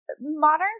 modern